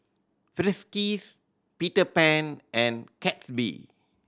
Friskies Peter Pan and Gatsby